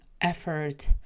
effort